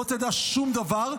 לא תדע שום דבר,